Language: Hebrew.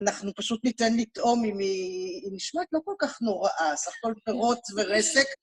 אנחנו פשוט ניתן לטעום אם היא נשמעת לא כל כך נוראה, סך הכל פירות ורסק.